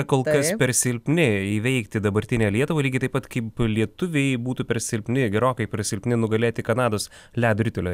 kol kas per silpni įveikti dabartinę lietuvą lygiai taip pat kaip lietuviai būtų per silpni gerokai per silpni nugalėti kanados ledo ritulio